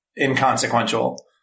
inconsequential